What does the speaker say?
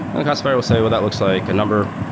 and the classifier will say, well, that looks like a number.